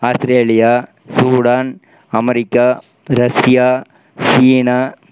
Australia Sudan America Russia China